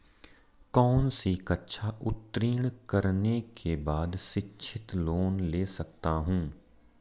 कौनसी कक्षा उत्तीर्ण करने के बाद शिक्षित लोंन ले सकता हूं?